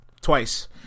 Twice